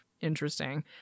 interesting